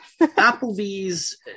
Applebee's